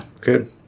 good